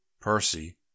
Percy